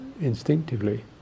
instinctively